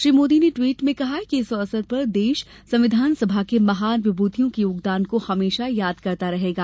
श्री मोदी ने ट्वीट में कहा कि इस अवसर पर देश संविधान सभा के महान विमूतियों के योगदान को हमेशा याद करता रहेगा